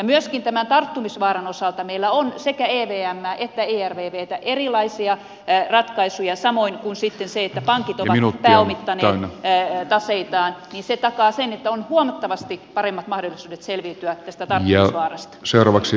myöskin tämän tarttumisvaaran osalta meillä on sekä evmää että ervvtä erilaisia ratkaisuja samoin kuin sitten se että pankit ovat pääomittaneet taseitaan takaa sen että on huomattavasti paremmat mahdollisuudet selviytyä tästä tarttumisvaarasta